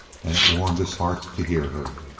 and it warmed his heart to hear